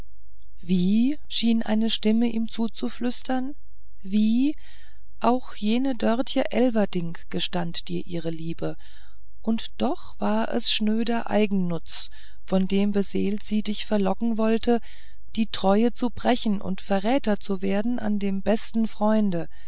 wie schien eine stimme ihm zuzuflüstern wie auch jene dörtje elverdink gestand dir ihre liebe und doch war es schnöder eigennutz von dem beseelt sie dich verlocken wollte die treue zu brechen und verräter zu werden an dem besten freunde